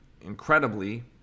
incredibly